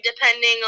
depending